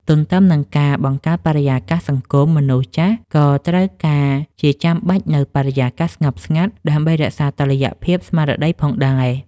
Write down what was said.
ទន្ទឹមនឹងការបង្កើតបរិយាកាសសង្គម មនុស្សចាស់ក៏ត្រូវការជាចាំបាច់នូវ បរិយាកាសស្ងប់ស្ងាត់ ដើម្បីរក្សាតុល្យភាពស្មារតីផងដែរ។